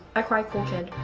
i cried cool shit.